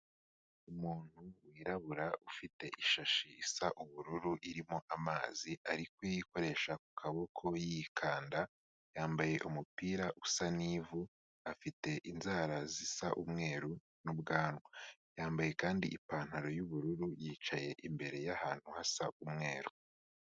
Umuntu wirabura ufite ishashi isa ubururu irimo amazi, ari kuyikoresha ku kaboko yikanda, yambaye umupira usa n'ivu, afite inzara zisa umweru n'ubwanwa, yambaye kandi ipantaro y'ubururu, yicaye imbere y'ahantu hasa umweru.